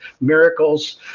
miracles